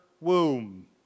womb